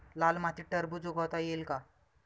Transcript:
लाल मातीत टरबूज उगवता येईल का?